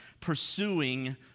pursuing